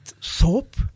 soap